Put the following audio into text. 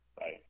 right